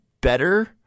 better